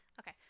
Okay